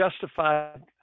justified